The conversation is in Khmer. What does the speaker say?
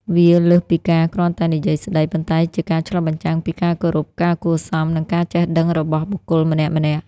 វាលើសពីការគ្រាន់តែនិយាយស្តី ប៉ុន្តែជាការឆ្លុះបញ្ចាំងពីការគោរព ការគួរសម និងការចេះដឹងរបស់បុគ្គលម្នាក់ៗ។